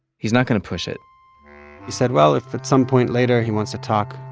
he's not going to push it he said, well, if at some point later, he wants to talk,